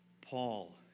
Paul